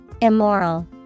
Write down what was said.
Immoral